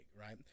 right